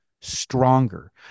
stronger